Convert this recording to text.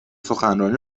سخنرانی